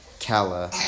Kala